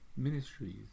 ministries